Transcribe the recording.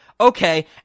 okay